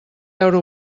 veure